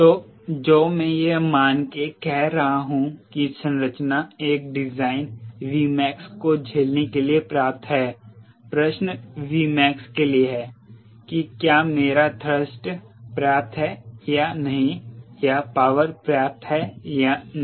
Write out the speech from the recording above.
तो जो मैं यह मान के कहा रहा हूं कि संरचना एक डिजाइन Vmax को झेलने के लिए पर्याप्त है प्रश्न Vmax के लिए है कि क्या मेरा थ्रस्ट पर्याप्त है या नहीं या पॉवर पर्याप्त है या नहीं